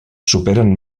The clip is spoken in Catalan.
superen